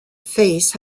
face